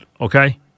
Okay